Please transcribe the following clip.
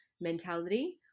mentality